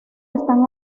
están